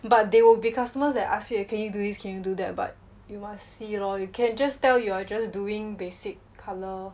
but there will be customers that ask you can you do this can you do that but you must see lor you can just tell you are just doing basic colour